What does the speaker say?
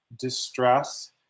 distress